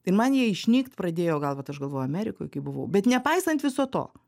tai man jie išnykt pradėjo gal vat aš galvoju amerikoj kai buvau bet nepaisant viso to